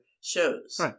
shows